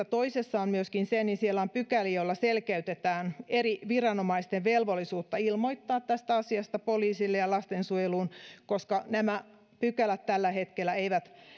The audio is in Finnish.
toisessa lakialoitteessa on myöskin on se että siellä on pykäliä joilla selkeytetään eri viranomaisten velvollisuutta ilmoittaa tästä asiasta poliisille ja lastensuojeluun koska nämä pykälät tällä hetkellä eivät